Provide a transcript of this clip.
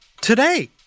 today